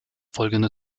folgende